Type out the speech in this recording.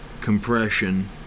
compression